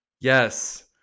Yes